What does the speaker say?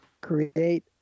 create